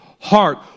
heart